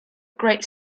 great